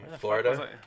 Florida